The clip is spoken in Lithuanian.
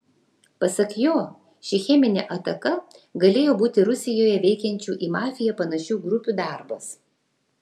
pasak jo ši cheminė ataka galėjo būti rusijoje veikiančių į mafiją panašių grupių darbas